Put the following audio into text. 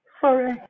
Sorry